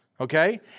okay